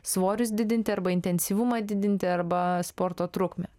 svorius didinti arba intensyvumą didinti arba sporto trukmę